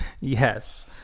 Yes